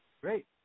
Great